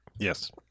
Yes